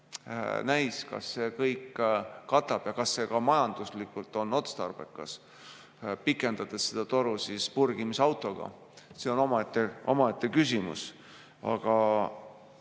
paistab, kas see kõik katab ja kas see ka majanduslikult on otstarbekas, kui pikendatakse seda toru purgimisautoga. See on omaette küsimus. Aga